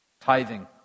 tithing